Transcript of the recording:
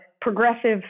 progressive